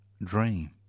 dream